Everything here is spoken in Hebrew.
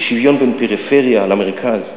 ושוויון בין פריפריה למרכז,